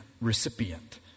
recipient